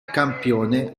campione